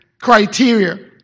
criteria